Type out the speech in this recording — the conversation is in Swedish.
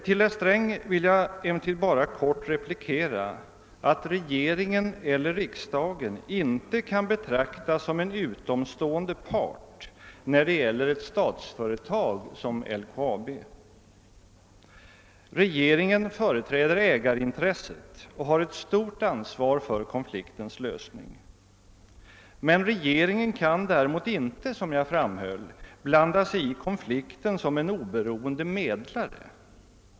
Till herr Sträng vill jag bara kort replikera att regeringen eller riksdagen inte kan betraktas som en utomstående part när det gäller ett statsföretag som LKAB. Regeringen företräder ägarintresset och har ett stort ansvar för konfliktens lösning. Men regeringen kan däremot inte, som jag framhöll, blanda sig i konflikten som en oberoende medlare.